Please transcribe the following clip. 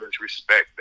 respect